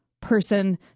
person